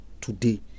today